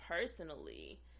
personally –